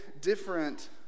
different